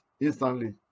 instantly